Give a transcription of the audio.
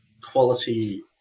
quality